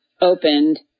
opened